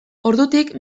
ordutik